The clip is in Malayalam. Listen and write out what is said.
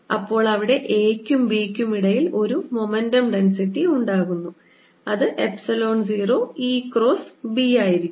അപ്പോൾ അവിടെ a ക്കും b ക്കും ഇടയിൽ ഒരു മൊമെന്റം ഡെൻസിറ്റി ഉണ്ടാകുന്നു അത് എപ്സിലോൺ 0 E ക്രോസ് B ആയിരിക്കും